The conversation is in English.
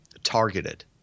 targeted